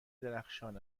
درخشان